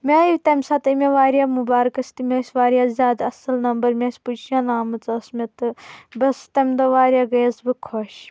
مےٚ آیہِ تمہِ ساتہٕ آیہِ مےٚ واریاہ مُبارٕکَس تہِ مےٚ ٲسۍ واریاہ زیادٕ اصٕل نمبر مےٚ ٲسۍ پُزِشَن آمٕژ ٲسۍ مےٚ تہٕ بہٕ ٲسٕس تمہِ دۄہ واریاہ گٔیَس بہٕ خۄش